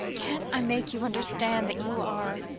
can't i make you understand that you are